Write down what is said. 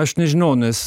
aš nežinau nes